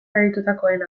aritutakoen